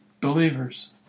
believers